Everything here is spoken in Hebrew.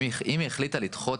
אם היא החליטה לדחות